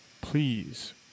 Please